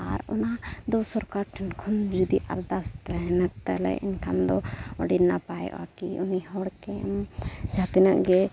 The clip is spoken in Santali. ᱟᱨ ᱚᱱᱟᱫᱚ ᱥᱚᱨᱠᱟᱨ ᱴᱷᱮᱱ ᱠᱷᱚᱱ ᱡᱩᱫᱤ ᱟᱨᱫᱟᱥ ᱛᱟᱦᱮᱱᱟ ᱛᱟᱦᱞᱮ ᱮᱱᱠᱷᱟᱱ ᱫᱚ ᱟᱹᱰᱤ ᱱᱟᱯᱟᱭᱚᱜᱼᱟ ᱠᱤ ᱩᱱᱤ ᱦᱚᱲᱜᱮ ᱡᱟᱦᱟᱸ ᱛᱤᱱᱟᱹᱜ ᱜᱮ